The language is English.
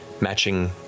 Matching